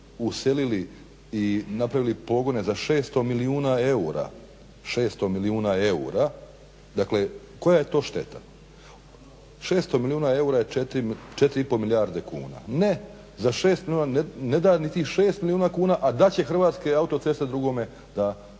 uselili i napravili pogone za 600 milijuna eura, dakle koja je to šteta? 600 milijuna eura je 4 i pol milijarde kuna. Ne, neda niti 6 milijuna kuna a dat će Hrvatske autoceste drugome da